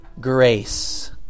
grace